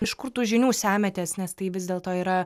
iš kur tų žinių semiatės nes tai vis dėlto yra